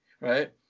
right